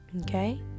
okay